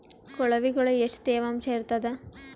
ಕೊಳವಿಗೊಳ ಎಷ್ಟು ತೇವಾಂಶ ಇರ್ತಾದ?